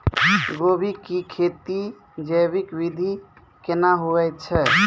गोभी की खेती जैविक विधि केना हुए छ?